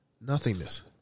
Nothingness